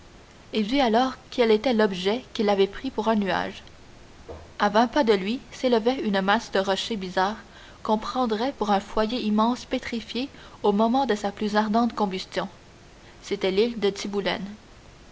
il vit alors quel était l'objet qu'il avait pris pour un nuage à vingt pas de lui s'élevait une masse de rochers bizarres qu'on prendrait pour un foyer immense pétrifié au moment de sa plus ardente combustion c'était l'île de tiboulen